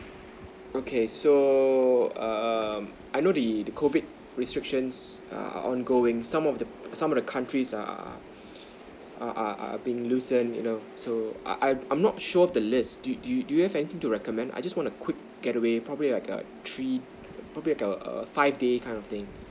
okay so err I know the the COVID restrictions err ongoing some of the some of the countries are are are are been nuisance you know so I I'm I'm not sure of the list do you do you do you have anything to recommend I just want a quick getaway probably like a three probably like a a five days kind of thing